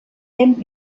hem